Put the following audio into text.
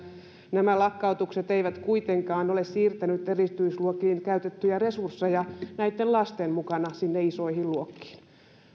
nämä lakkautukset eivät kuitenkaan ole siirtäneet erityisluokkiin käytettyjä resursseja näitten lasten mukana sinne isoihin luokkiin